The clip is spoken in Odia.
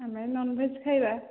ଆମେ ନନ୍ଭେଜ୍ ଖାଇବା